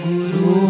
Guru